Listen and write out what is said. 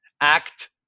act